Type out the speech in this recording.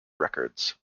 records